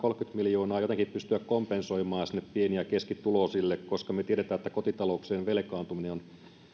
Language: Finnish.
miljoonaa täytyisi jotenkin pystyä kompensoimaan sinne pieni ja keskituloisille koska me tiedämme että kotitalouksien velkaantuminen on